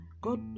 God